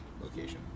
location